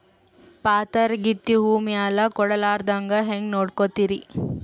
ಪಾತರಗಿತ್ತಿ ಹೂ ಮ್ಯಾಲ ಕೂಡಲಾರ್ದಂಗ ಹೇಂಗ ನೋಡಕೋತಿರಿ?